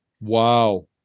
Wow